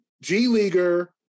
G-leaguer